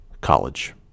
college